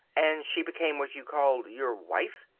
and she became what you called your wife?